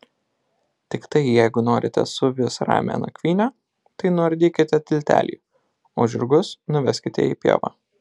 tiktai jeigu norite suvis ramią nakvynę tai nuardykite tiltelį o žirgus nuveskite į pievą